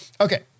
Okay